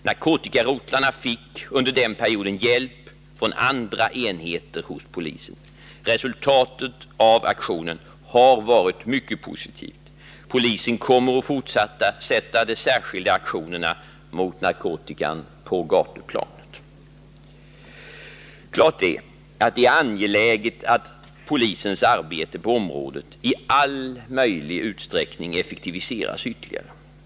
Narkotikarotlarna fick under den perioden hjälp från andra enheter hos polisen. Resultatet av aktionen har varit mycket positivt. Polisen kommer att fortsätta de särskilda aktionerna mot narkotika på gatuplanet. Klart är att det är angeläget att polisens arbete på området i all möjlig utsträckning effektiviseras ytterligare.